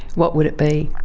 what would it be?